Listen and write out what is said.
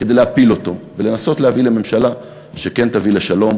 כדי להפיל אותו ולנסות להביא לממשלה שכן תביא לשלום,